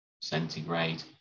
centigrade